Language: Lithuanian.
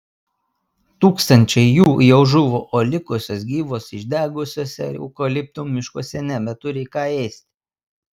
tūkstančiai jų jau žuvo o likusios gyvos išdegusiuose eukaliptų miškuose nebeturi ką ėsti